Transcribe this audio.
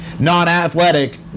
non-athletic